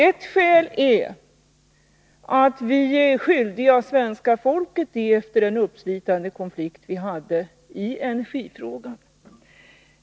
Ett skäl är att vi är skyldiga svenska folket detta efter den uppslitande konflikt vi hade i energifrågan.